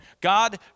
God